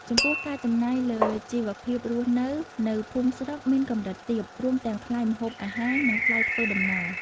ចំពោះ ការចំណាយ លើជីវភាពរស់នៅនៅភូមិស្រុកមានកម្រិតទាប រួមទាំងថ្លៃម្ហូបអាហារ និងថ្លៃធ្វើដំណើរ។